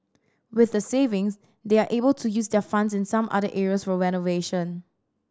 with the savings they're able to use their funds in some other areas for renovation